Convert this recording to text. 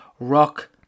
Rock